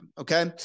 okay